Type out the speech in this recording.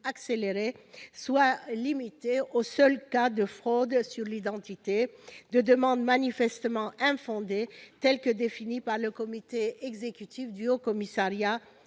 accélérée soit limitée aux seuls cas de fraude sur l'identité, de demandes manifestement infondées telles que définies par le comité exécutif du Haut-Commissariat